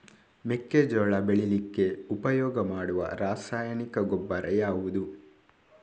ಮೆಕ್ಕೆಜೋಳ ಬೆಳೀಲಿಕ್ಕೆ ಉಪಯೋಗ ಮಾಡುವ ರಾಸಾಯನಿಕ ಗೊಬ್ಬರ ಯಾವುದು?